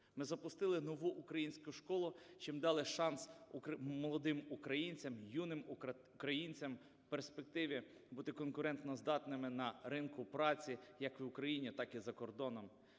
Ми запустили "Нову українську школу", чим дали шанс молодим українцям, юним українцям у перспективі бути конкурентоздатними на ринку праці як в Україні, так і за кордоном.